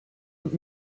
und